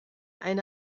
eine